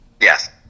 Yes